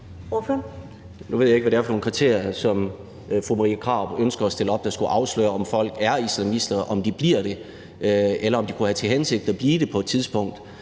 Nu ved jeg ikke, hvad det er for nogle kriterier, som fru Marie Krarup ønsker at stille op, og som skulle afsløre, om folk er islamister, om de bliver det, eller om de kunne have til hensigt at blive det på et tidspunkt.